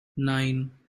nine